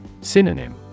Synonym